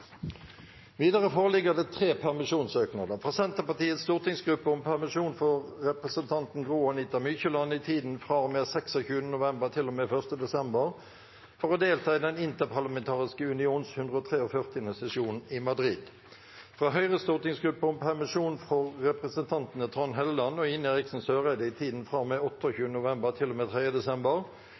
Videre foreligger det tre permisjonssøknader: fra Senterpartiets stortingsgruppe om permisjon for representanten Gro-Anita Mykjåland i tiden fra og med 26. november til og med 1. desember for å delta i Den interparlamentariske unions 143. sesjon i Madrid fra Høyres stortingsgruppe om permisjon for representantene Trond Helleland og Ine Eriksen Søreide i tiden fra og med 28. november til og med 3. desember